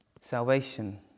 salvation